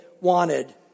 wanted